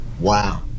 Wow